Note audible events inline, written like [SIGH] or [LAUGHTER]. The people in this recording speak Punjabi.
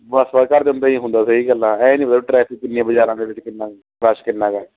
ਬਸ ਕਰ ਦਿੰਦਾ ਹੁੰਦਾ ਸਹੀ ਗੱਲ ਆ ਹੈ ਨਹੀਂ [UNINTELLIGIBLE] ਟਰੈਫਕ ਕਿੰਨੀ ਬਾਜ਼ਾਰਾਂ ਦੇ ਵਿੱਚ ਕਿੰਨਾ ਰਸ਼ ਕਿੰਨਾ ਕੁ ਹੈ